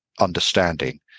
understanding